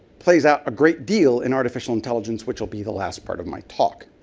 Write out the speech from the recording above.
plays out a great deal in artificial intelligence, which will be the last part of my talk.